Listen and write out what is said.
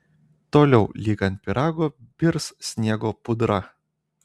toliau lyg ant pyrago birs sniego pudra